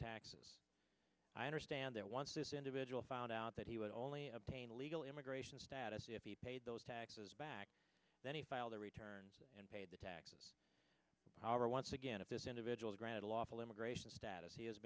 taxes i understand that once this individual found out that he would only obtain legal immigration status if he paid those taxes back then he filed the returns and paid the taxes however once again if this individual granted a lawful immigration status he has